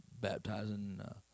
baptizing